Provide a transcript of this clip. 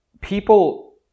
people